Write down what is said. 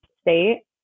state